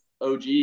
OG